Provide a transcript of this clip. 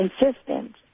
insistent